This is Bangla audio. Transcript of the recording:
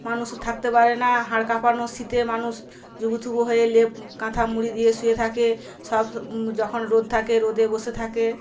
মানুষ থাকতে পারে না হাড় কাঁপানো শীতে মানুষ জুবুথুবু হয়ে লেপ কাঁথা মুড়ি দিয়ে শুয়ে থাকে সব যখন রোদ থাকে রোদে বসে থাকে